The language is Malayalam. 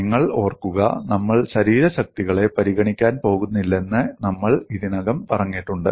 നിങ്ങൾ ഓർക്കുക നമ്മൾ ശരീരശക്തികളെ പരിഗണിക്കാൻ പോകുന്നില്ലെന്ന് നമ്മൾ ഇതിനകം പറഞ്ഞിട്ടുണ്ട്